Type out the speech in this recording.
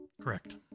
Correct